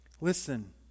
Listen